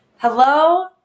Hello